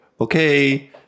okay